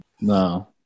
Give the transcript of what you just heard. No